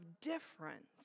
difference